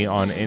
on